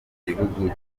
gihugu